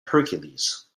hercules